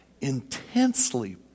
intensely